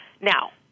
Now